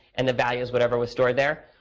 and the value is whatever was stored there.